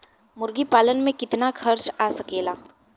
मुर्गी पालन में कितना खर्च आ सकेला?